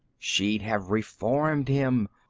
she'd have reformed him.